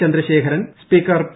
Chandrasekharan speaker P